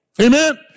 Amen